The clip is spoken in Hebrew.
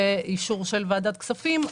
ואישור של ועדת כספים.